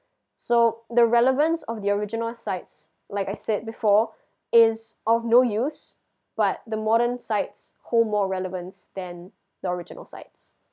so the relevance of the original sites like I said before is of no use but the modern sites hold more relevance than the original sites